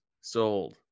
Sold